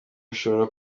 bishobora